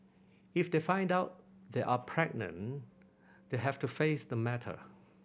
if they find out they are pregnant they have to face the matter